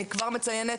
אני כבר מציינת,